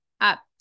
up